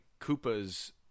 Koopa's